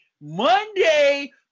Monday